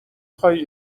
خوای